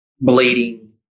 bleeding